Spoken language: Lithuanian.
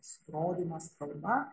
rodymas kalba